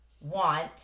want